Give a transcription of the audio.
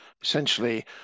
Essentially